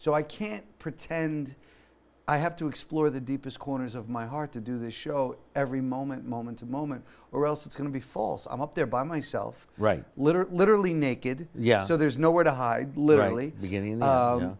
so i can't pretend i have to explore the deepest corners of my heart to do this show every moment moment to moment or else it's going to be false i'm up there by myself right literally literally naked yeah so there's nowhere to hide literally beginning